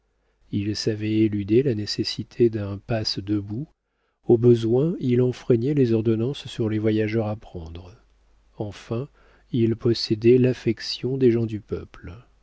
il savait éluder la nécessité d'un passe debout au besoin il enfreignait les ordonnances sur les voyageurs à prendre enfin il possédait l'affection des gens du peuple